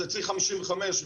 זה ציר חמישים וחמש,